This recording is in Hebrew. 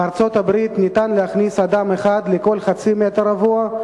בארצות-הברית ניתן להכניס אדם אחד לכל חצי מטר רבוע,